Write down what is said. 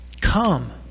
Come